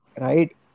right